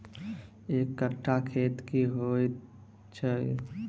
एक कट्ठा खेत की होइ छै?